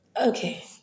Okay